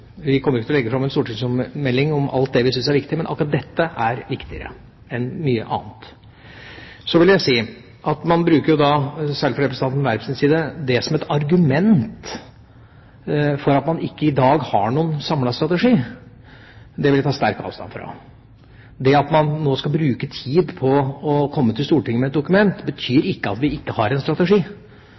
Vi kommer ikke til å legge fram en stortingsmelding om alt det vi syns er viktig, men akkurat dette er viktigere enn mye annet. Man bruker, særlig fra representanten Werps side, det som et argument for at man ikke i dag har noen samlet strategi. Det vil jeg ta sterkt avstand fra. Det at man nå skal bruke tid på å komme til Stortinget med et dokument, betyr ikke at vi ikke har en strategi.